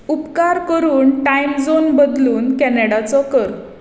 उपकार करून time zone बदलून कॅनडाचो कर